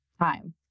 time